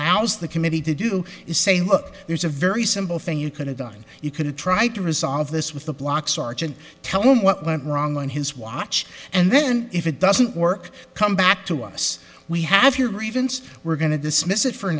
allows the committee to do is say look there's a very simple thing you could've done you can try to resolve this with the blocks arch and tell him what went wrong on his watch and then if it doesn't work come back to us we have your grievance we're going to dismiss it for